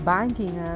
Banking